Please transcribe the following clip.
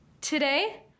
Today